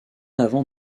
avant